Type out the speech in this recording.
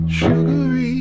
sugary